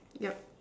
yep